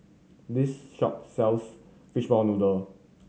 this shop sells fishball noodle